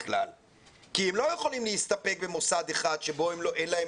כי הם לא יכולים להסתפק במוסד אחד שבו אין להם